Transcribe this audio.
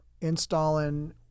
installing